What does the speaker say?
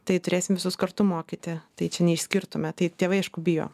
tai turėsim visus kartu mokyti tai čia neišskirtume tai tėvai aišku bijo